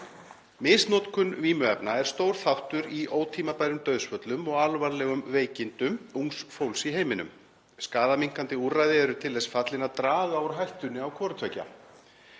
Misnotkun vímuefna er stór þáttur í ótímabærum dauðsföllum og alvarlegum veikindum ungs fólks í heiminum. Skaðaminnkandi úrræði eru til þess fallin að draga úr hættunni á hvoru tveggja.